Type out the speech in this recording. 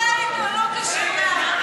או לא קשור, ?